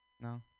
no